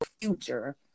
future